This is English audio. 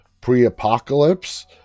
pre-apocalypse